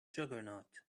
juggernaut